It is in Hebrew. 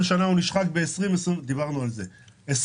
כל שנה הוא נשחק ב-20,25 אגורות.